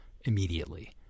immediately